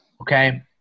Okay